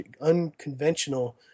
unconventional